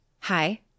hi